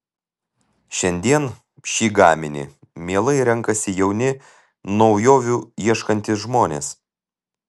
šiandien šį gaminį mielai renkasi jauni naujovių ieškantys žmonės